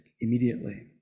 immediately